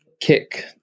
kick